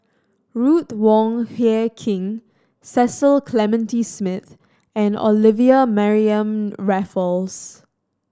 Ruth Wong Hie King Cecil Clementi Smith and Olivia Mariamne Raffles